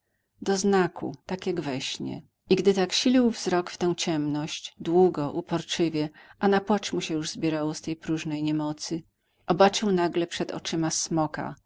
do znaku tak jak we śnie i gdy tak silił wzrok w tę ciemność długo uporczywie a na płacz mu się już zbierało z tej próżnej niemocy obaczył nagle przed oczyma smoka